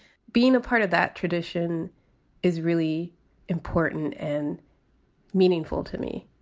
being a part of that tradition is really important and meaningful to me.